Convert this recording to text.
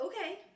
Okay